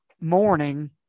morning